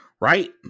right